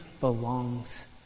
belongs